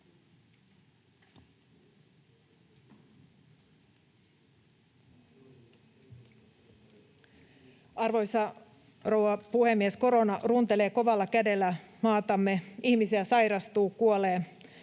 Arvoisa rouva puhemies! Korona runtelee kovalla kädellä maatamme. Ihmisiä sairastuu ja kuolee,